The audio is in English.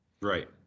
Right